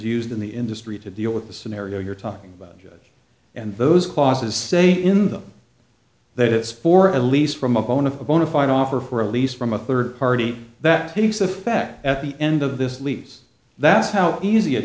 used in the industry to deal with the scenario you're talking about and those clauses say in them that is for at least from a cone of a bona fide offer for a lease from a third party that piece of fact at the end of this leads that's how easy it